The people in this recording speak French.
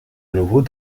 nouveau